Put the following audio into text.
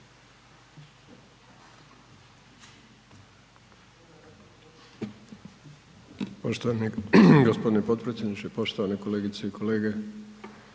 Hvala gospodine potpredsjedniče, poštovane kolegice i kolege.